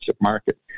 market